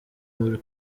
buri